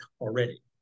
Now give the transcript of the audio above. already